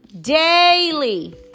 daily